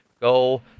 go